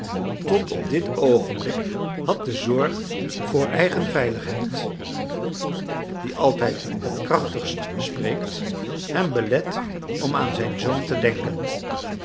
tot op dit oogenblik had de zorg voor eigen veiligheid die altijd het krachtigst spreekt hem belet om aan zijn zoon te denken